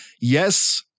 yes